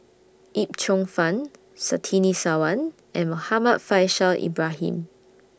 Yip Cheong Fun Surtini Sarwan and Muhammad Faishal Ibrahim